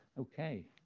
Okay